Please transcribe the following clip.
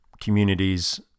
communities